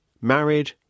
married